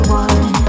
one